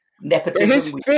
nepotism